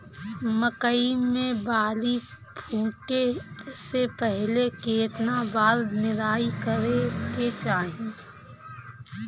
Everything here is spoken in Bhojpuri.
मकई मे बाली फूटे से पहिले केतना बार निराई करे के चाही?